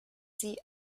sie